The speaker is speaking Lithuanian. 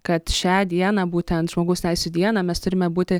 kad šią dieną būtent žmogaus teisių dieną mes turime būti